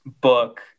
book